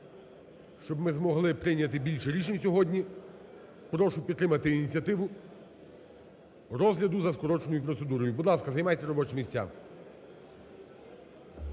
щоб ми змогли прийняти більше рішень сьогодні. Прошу підтримати ініціативу розгляду за скороченою процедурою. Будь ласка, займайте робочі місця.